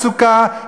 אל תחשבו על תעסוקה,